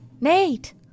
Nate